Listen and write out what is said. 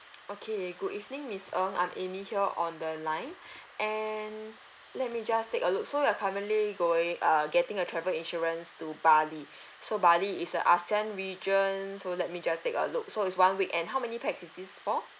okay good evening miss ng I'm amy here on the line and let me just take a look so you're currently going uh getting a travel insurance to bali so bali is a ASEAN region so let me just take a look so it's one weekend how many pax is this for